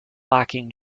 lacking